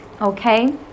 okay